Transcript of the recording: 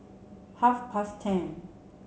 half past ten